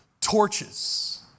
torches